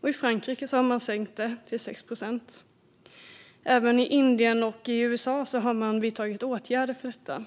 och i Frankrike har man sänkt den till 6 procent. Även i Indien och USA har man vidtagit åtgärder för detta.